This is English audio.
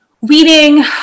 Weeding